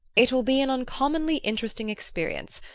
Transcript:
it will be an uncommonly interesting experience.